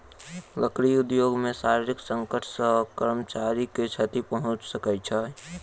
लकड़ी उद्योग मे शारीरिक संकट सॅ कर्मचारी के क्षति पहुंच सकै छै